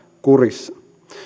kurissa